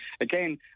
Again